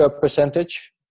percentage